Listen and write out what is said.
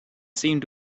seemed